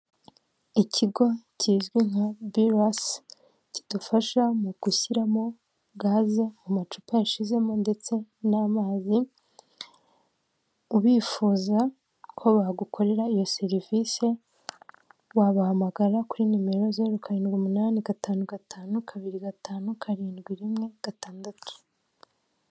Ikigo kizwi nka Biras, kidufasha mu gushyiramo gaze mu macupa yashizemo ndetse n'amazi, ubifuza ko bagukorera iyo serivisi wabahamagara kuri nimero zeru, karindwi, umunani, gatanu, gatanu, kabiri, gatanu, karindwi, rimwe, gatandatu.